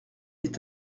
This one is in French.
est